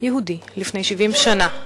יהודי לפני 70 שנה,